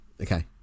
Okay